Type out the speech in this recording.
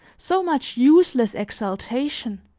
so much useless exaltation,